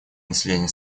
населения